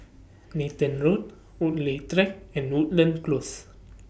Nathan Road Woodleigh Track and Woodlands Close